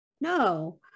no